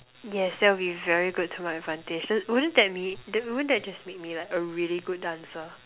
yes that'll be very good to my advantage that wouldn't that mean wouldn't that just make me like a really good dancer